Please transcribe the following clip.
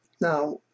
Now